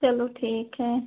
चलो ठीक है